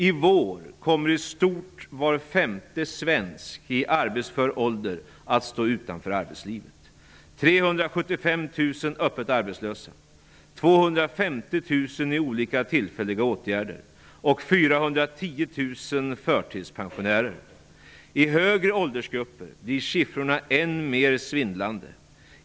''I vår kommer i stort var femte svensk i arbetsför ålder att stå utanför arbetslivet, 375 000 öppet arbetslösa, 250 000 i olika tillfälliga åtgärder och 410 000 förtidspensionärer. I högre åldersgrupper blir siffrorna än mer svindlande.